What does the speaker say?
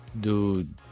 dude